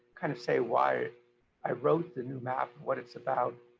kind of say why i wrote the new map, what it's about.